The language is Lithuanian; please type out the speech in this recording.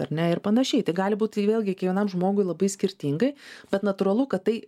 ar ne ir panašiai tai gali būti vėlgi kiekvienam žmogui labai skirtingai bet natūralu kad tai